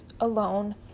alone